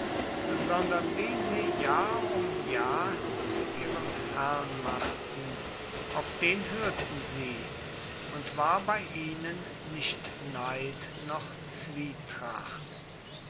sondern wen sie jahr um jahr zu ihrem herrn machten auf den hörten sie und war bei ihnen nicht neid noch zwietracht